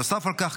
נוסף על כך,